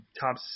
top